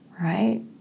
right